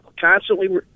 constantly